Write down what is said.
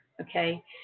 okay